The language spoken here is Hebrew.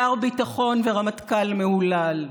שר ביטחון ורמטכ"ל מהולל?